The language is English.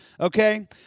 Okay